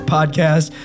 Podcast